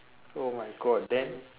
oh my god then